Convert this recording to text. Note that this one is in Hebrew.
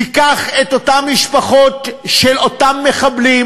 תיקח את אותן משפחות של אותם מחבלים